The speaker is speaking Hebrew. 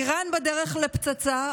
איראן בדרך לפצצה,